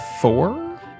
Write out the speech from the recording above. four